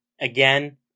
Again